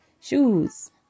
shoes